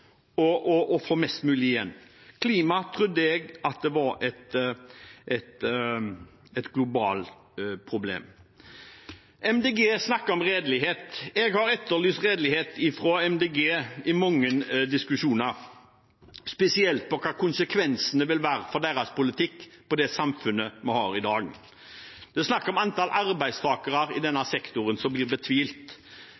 få mest mulig igjen. Jeg trodde at klima var et globalt problem. Miljøpartiet De Grønne snakker om redelighet. Jeg har etterlyst redelighet fra Miljøpartiet De Grønne i mange diskusjoner, spesielt når det gjelder hva konsekvensene av deres politikk vil være for det samfunnet vi har i dag. Det er snakk om at antall arbeidstakere i denne